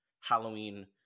Halloween